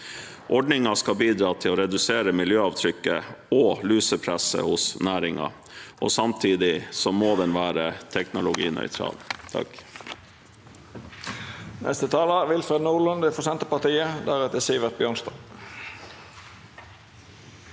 Ordningen skal bidra til å redusere miljøavtrykket og lusepresset hos næringen, og samtidig må den være teknologinøytral.